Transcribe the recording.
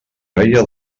reia